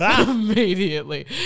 immediately